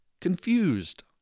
confused